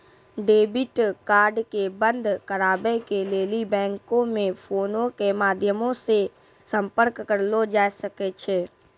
debit card के बंद कराबै के लेली बैंको मे फोनो के माध्यमो से संपर्क करलो जाय सकै छै